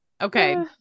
Okay